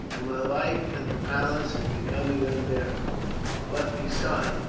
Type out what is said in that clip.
and my life at the palace is becoming unbearable but besides,